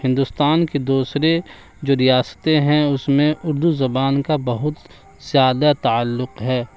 ہندوستان کے دوسرے جو ریاستیں ہیں اس میں اردو زبان کا بہت زیادہ تعلق ہے